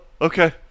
Okay